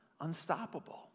unstoppable